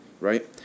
right